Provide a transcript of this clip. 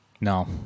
No